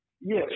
Yes